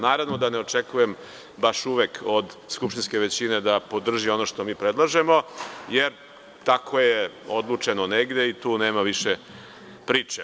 Naravno da ne očekujem baš uvek od skupštinske većine da podrži ono što mi predlažemo, jer tako je odlučeno negde i tu nema više priče.